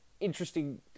interesting